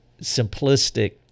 simplistic